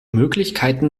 möglichkeiten